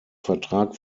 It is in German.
vertrag